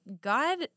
God